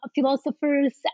philosophers